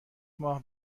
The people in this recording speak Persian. ماه